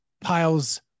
piles